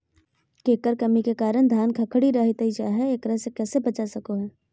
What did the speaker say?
केकर कमी के कारण धान खखड़ी रहतई जा है, एकरा से कैसे बचा सको हियय?